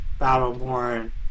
Battleborn